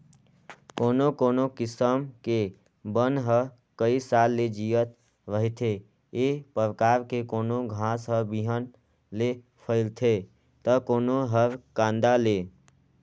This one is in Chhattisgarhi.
कोनो कोनो किसम के बन ह कइ साल ले जियत रहिथे, ए परकार के कोनो घास हर बिहन ले फइलथे त कोनो हर कांदा ले